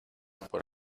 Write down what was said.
por